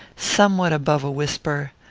somewhat above a whisper,